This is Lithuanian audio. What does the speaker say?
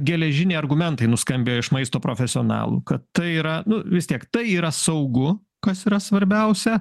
geležiniai argumentai nuskambėjo iš maisto profesionalų kad tai yra nu vis tiek tai yra saugu kas yra svarbiausia